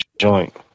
joint